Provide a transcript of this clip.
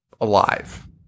alive